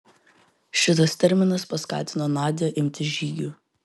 šitas terminas paskatino nadią imtis žygių